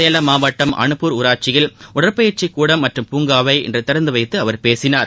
சேலம் மாவட்டம் அனுப்பூர் ஊராட்சியில் உடற்பயிற்சிகூடம் மற்றம் பூங்காவை இன்றுதிறந்துவைத்துஅவர் பேசினார்